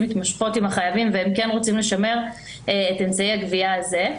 מתמשכות עם החייבים והם כן רוצים לשמר את אמצעי הגבייה הזה.